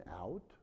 out